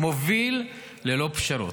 מוביל ללא פשרות.